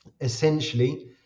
essentially